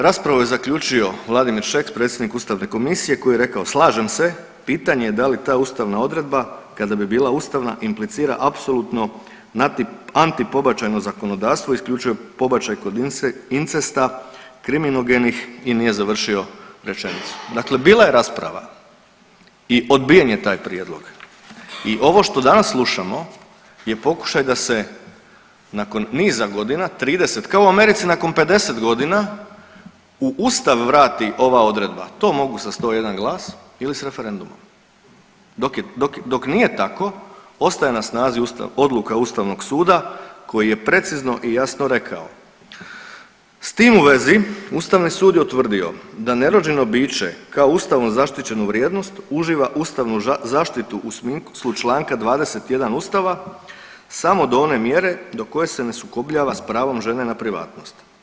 Raspravu je zaključio Vladimir Šeks predsjednik ustavne komisije koji je rekao slažem se, pitanje je da li ta ustavna odredba kada bi bila ustavna implicira apsolutno antipobačajno zakonodavno isključuje pobačaj kod incesta, kriminogenih i nije završio rečenicu, dakle bila je rasprava i odbijen je taj prijedlog i ovo što danas slušamo je pokušaj da se nakon niza godina 30, kao u Americi nakon 50.g. u ustav vrati ova odredba, to mogu sa 101 glas ili s referendumom, dok nije tako ostaje na snazi odluka ustavnog suda koji je precizno i jasno rekao, s tim u vezi ustavni sud je utvrdio da nerođeno biće kao ustavom zaštićenu vrijednost uživa ustavnu zaštitu u smislu čl. 21. ustava samo do one mjere do koje se ne sukobljava s pravom žene na privatnost.